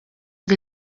din